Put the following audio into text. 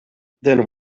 then